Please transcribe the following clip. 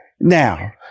Now